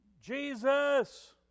Jesus